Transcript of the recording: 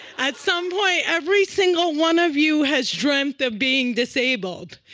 at some point, every single one of you has dreamt of being disabled.